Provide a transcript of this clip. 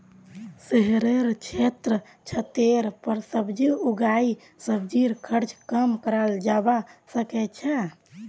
शहरेर क्षेत्रत छतेर पर सब्जी उगई सब्जीर खर्च कम कराल जबा सके छै